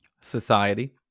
Society